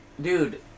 Dude